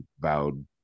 vowed